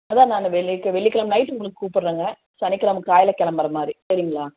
அதான் நான் வெள்ளி கி வெள்ளிக்கிழம நைட்டு உங்களுக்கு கூப்பிட்றேங்க சனிக்கிழம காலையில் கிளம்புறமாரி சரிங்களா